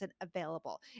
available